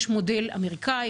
יש מודל אמריקאי,